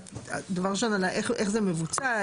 דבר ראשון על איך זה מבוצע.